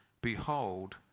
Behold